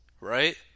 right